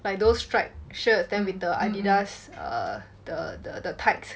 like those striped shirts then with the Adidas err the the the tights